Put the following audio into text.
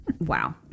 wow